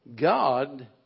God